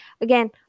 again